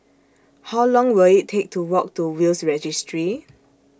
How Long Will IT Take to Walk to Will's Registry